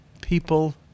people